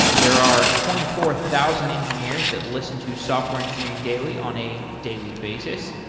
there are twenty four thousand engineers that listen to software engineering daily on a daily basis.